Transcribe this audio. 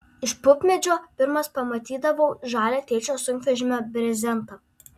iš pupmedžio pirmas pamatydavau žalią tėčio sunkvežimio brezentą